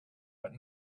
but